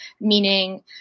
meaning